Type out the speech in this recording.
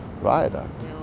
viaduct